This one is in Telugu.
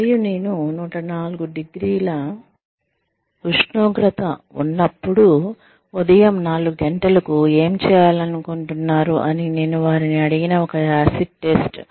మరియు నేను 104 డిగ్రీల ఉష్ణోగ్రత ఉన్నప్పుడు ఉదయం 4 గంటలకు ఏమి చేయాలనుకుంటున్నారు అని నేను వారిని అడిగిన ఒక యాసిడ్ టెస్ట్